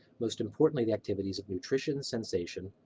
most importantly the activities of nutrition, sensation,